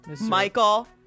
Michael